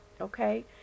Okay